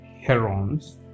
herons